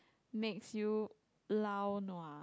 makes you lao nua